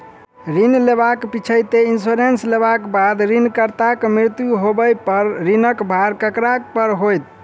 ऋण लेबाक पिछैती इन्सुरेंस लेबाक बाद ऋणकर्ताक मृत्यु होबय पर ऋणक भार ककरा पर होइत?